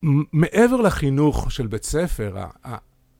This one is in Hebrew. ממ.. מעבר לחינוך של בית ספר, הה..